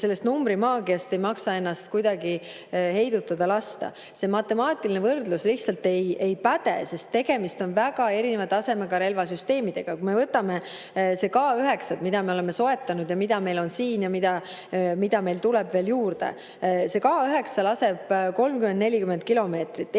Sellest numbrimaagiast ei maksa ennast kuidagi heidutada lasta, see matemaatiline võrdlus lihtsalt ei päde, sest tegemist on väga erineva tasemega relvasüsteemidega. Võtame K9‑d, mida me oleme soetanud, mida meil siin on ja mida meile tuleb veel juurde: K9 laseb 30 või 40 kilomeetri